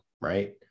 right